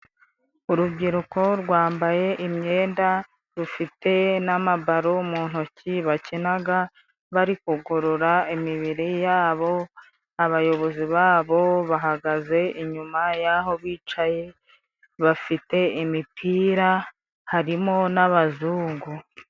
Urubyiruko rwambaye imyenda, rufite n'amabaro mu ntoki bakinaga, bari kugorora imibiri yabo. Abayobozi babo bahagaze inyuma y'aho bicaye bafite imipira, harimo n'abazungu.